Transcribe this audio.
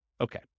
Okay